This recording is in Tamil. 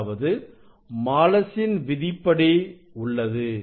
அதாவது மாலசின் விதிப்படி உள்ளது